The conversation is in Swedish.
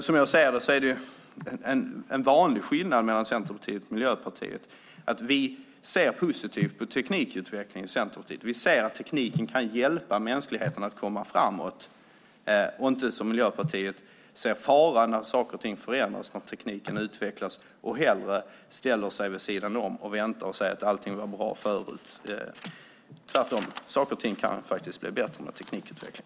Som jag ser det är en vanlig skillnad mellan Centerpartiet och Miljöpartiet att vi i Centerpartiet ser positivt på teknikutveckling. Vi ser att tekniken kan hjälpa mänskligheten att komma framåt och ser inte, som Miljöpartiet, en fara i att saker och ting förändras och tekniken utvecklas och hellre ställer oss vid sidan om och väntar och säger att allting var bra förr. Tvärtom kan saker och ting faktiskt bli bättre med teknikutveckling.